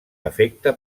efecte